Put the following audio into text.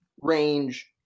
range